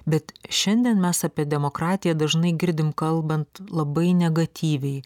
bet šiandien mes apie demokratiją dažnai girdim kalbant labai negatyviai